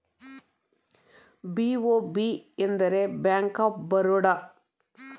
BOB ಅಂದರೆ bank of Baroda